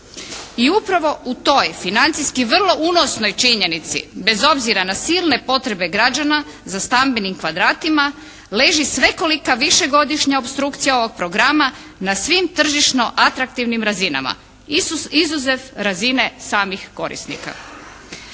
I upravo u toj financijski vrlo unosnoj činjenici bez obzira na silne potrebe građana za stambenim kvadratima, leži svekolika višegodišnja opstrukcija ovog programa na svim tržišno atraktivnim razinama, izuzev razine samih korisnika.